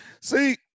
See